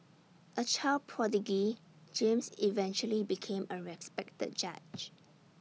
A child prodigy James eventually became A respected judge